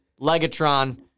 Legatron